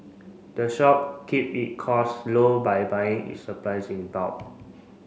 the shop keep it cost low by buying its supplies in bulk